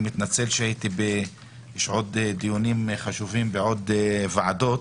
אני מתנצל, יש עוד דיונים חשובים בעוד ועדות,